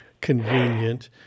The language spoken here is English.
convenient